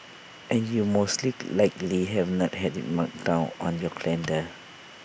and you mostly likely have not had IT marked down on your calendar